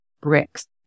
bricks